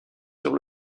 sur